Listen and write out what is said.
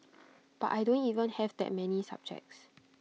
but I don't even have that many subjects